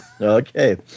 Okay